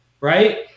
right